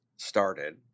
Started